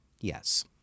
Yes